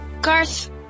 Garth